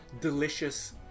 delicious